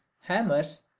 hammers